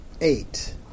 Eight